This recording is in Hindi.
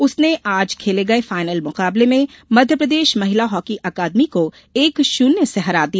उसने आज खेले गये फायनल मुकाबले में मध्यप्रदेश महिला हॉकी अकादमी को एक शून्य से हरा दिया